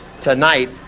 tonight